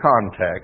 context